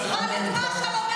חבר הכנסת טאהא, אנא ממך.